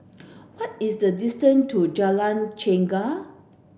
what is the distance to Jalan Chegar